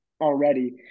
already